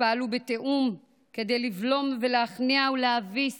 ופעלו בתיאום כדי לבלום ולהכניע ולהביס